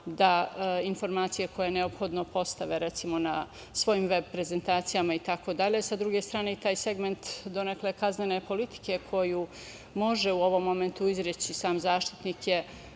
da informacije koje je neophodno postave recimo na svojim veb prezentacijama itd. Sa druge strane, i taj segment donekle kaznene politike koju može u ovom momentu izreći sam Zaštitnik je